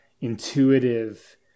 intuitive